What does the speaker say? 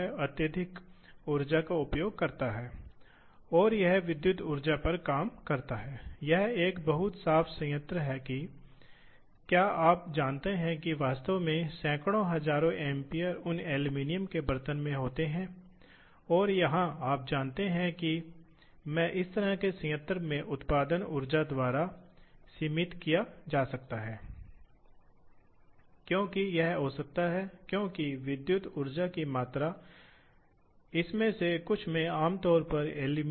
तो आपको start coordinate करना होगा आपको एंड कोऑर्डिनेट करना होगा और आपको यह देना होगा यह एक सर्कुलर आर्क होने वाला है इसलिए आपको सेंटर का सेंटर का या दूरी का कोऑर्डिनेशन देना होगा समन्वय नहीं X और Y के केंद्र की दूरी और आप कर सकते हैं कभी कभी आपको भी दिया जाता है यदि यह दिया जाता है तो आपको सर्कल को आकर्षित करने में सक्षम होना चाहिए कभी कभी आपको पता है कि अंतिम बिंदु दिया गया है इसलिए यह है अंतिम बिंदु